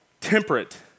temperate